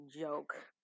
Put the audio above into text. joke